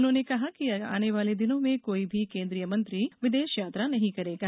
उन्होंने कहा कि आने वाले दिनों में कोई भी केंद्रीय मंत्री विदेश यात्रा नहीं करेगा